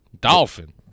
Dolphin